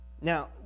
Now